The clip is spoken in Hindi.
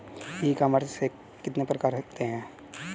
ई कॉमर्स के कितने प्रकार होते हैं?